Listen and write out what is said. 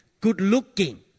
good-looking